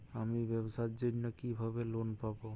আমি ব্যবসার জন্য কিভাবে লোন পাব?